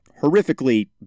horrifically